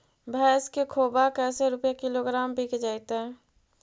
भैस के खोबा कैसे रूपये किलोग्राम बिक जइतै?